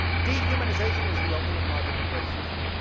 dehumanization is the ultimate logic of racism.